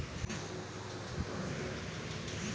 किसान अपन पुरान तरीका अभियो आजमा के खेती करेलें